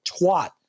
twat